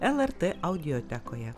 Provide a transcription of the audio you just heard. lrt audiotekoje